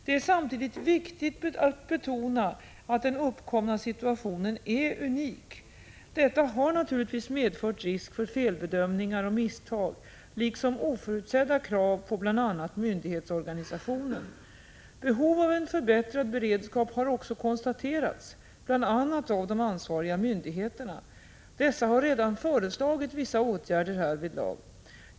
Det är samtidigt viktigt att betona att den uppkomna situationen är unik. Detta har naturligtvis medfört risk för felbedömningar och misstag liksom oförutsedda krav på bl.a. myndighetsorganisationen. Behov av en förbättrad beredskap har också konstaterats bl.a. av de ansvariga myndigheterna. Dessa har redan föreslagit vissa åtgärder härvidlag.